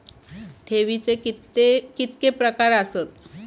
ठेवीचे कितके प्रकार आसत?